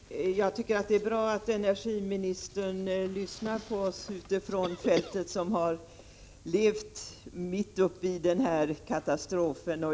Herr talman! Jag tycker att det är bra att energiministern lyssnar till oss ute på fältet som har levt mitt uppe i den här katastrofen.